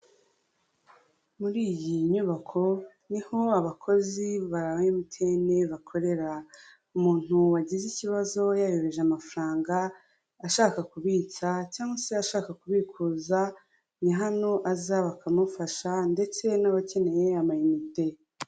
Muri iyi nyubako niho abakozi ba emutiyene bakorera, umuntu wagize ikibazo yayohereje amafaranga ashaka kubitsa cyangwa se ashaka kubikuza ni hano aza bakamufasha ndetse n'abakeneye amiyanite.